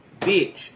bitch